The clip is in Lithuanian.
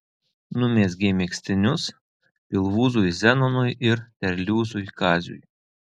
numezgė megztinius pilvūzui zenonui ir terliūzui kaziui